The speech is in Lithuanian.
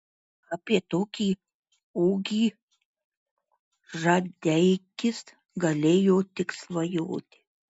apie tokį ūgį žadeikis galėjo tik svajoti